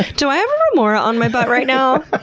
do i have remora on my butt right now?